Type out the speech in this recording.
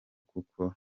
kuko